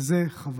וזה חבל.